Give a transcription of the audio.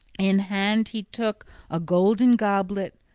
in hand he took a golden goblet,